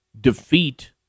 defeat